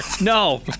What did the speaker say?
No